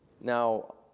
Now